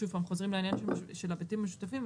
שוב פעם חוזרים לעניין של הבתים המשותפים,